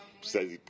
says